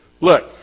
Look